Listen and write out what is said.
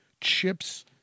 chips